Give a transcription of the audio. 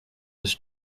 his